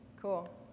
Cool